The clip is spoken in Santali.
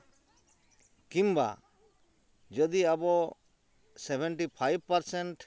ᱠᱤᱢᱵᱟ ᱡᱚᱫᱤ ᱟᱵᱚ ᱥᱮᱵᱷᱮᱱᱴᱤ ᱯᱷᱟᱭᱤᱵᱽ ᱯᱟᱨᱥᱮᱱᱴ